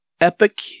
epic